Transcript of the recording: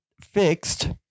fixed